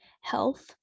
health